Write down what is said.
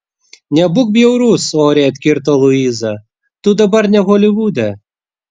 nebūk bjaurus oriai atkirto luiza tu dabar ne holivude